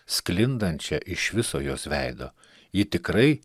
sklindančia iš viso jos veido ji tikrai